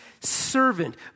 servant